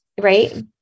right